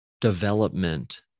development